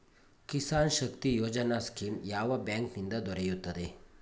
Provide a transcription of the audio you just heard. Kisan Shakti Yojana scheme ಯಾವ bank ನಿಂದ ದೊರೆಯುತ್ತದೆ?